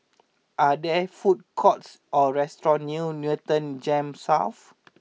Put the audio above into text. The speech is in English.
are there food courts or restaurants near Newton Gems South